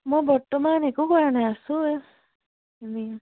মই বৰ্তমান একো কৰা নাই আছোঁ এ এনে